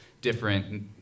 different